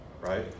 right